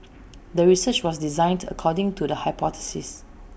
the research was designed according to the hypothesis